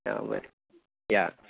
हां बरें या